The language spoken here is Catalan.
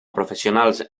professionals